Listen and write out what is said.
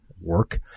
work